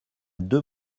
deux